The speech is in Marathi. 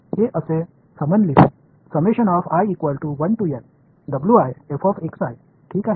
हे असे समन लिहू ठीक आहे